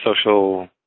social